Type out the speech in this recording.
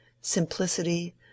simplicity